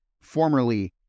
formerly